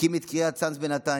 הקים את קריית צאנז בנתניה,